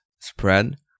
spread